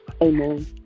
Amen